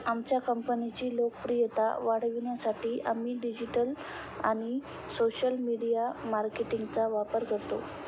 आमच्या कंपनीची लोकप्रियता वाढवण्यासाठी आम्ही डिजिटल आणि सोशल मीडिया मार्केटिंगचा वापर करतो